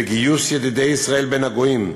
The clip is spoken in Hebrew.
בגיוס ידידי ישראל בין הגויים.